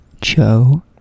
Joe